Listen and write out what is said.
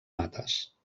mates